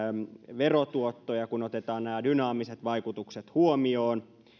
verotuottoja kun otetaan nämä dynaamiset vaikutukset huomioon